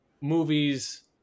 Movies